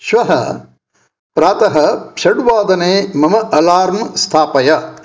श्वः प्रातः षड्वादने मम अलार्म् स्थापय